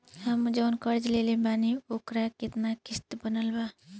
हम जऊन कर्जा लेले बानी ओकर केतना किश्त बनल बा?